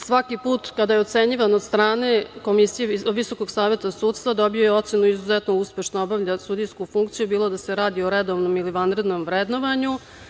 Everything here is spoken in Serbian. Svaki put kada je ocenjivano od strane Komisije Visokog saveta sudstva dobio je ocenu - izuzetno uspešno obavlja sudijsku funkciju, bilo da se radi o redovnom ili vanrednom vrednovanju.